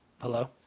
Hello